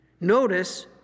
Notice